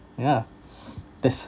um ah that's